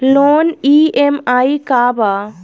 Loan EMI का बा?